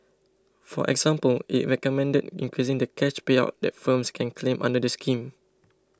for example it recommended increasing the cash payout that firms can claim under the scheme